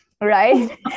right